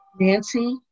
Nancy